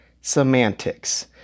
Semantics